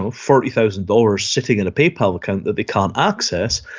forty thousand dollars sitting in a paypal account that they can't access,